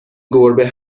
گربه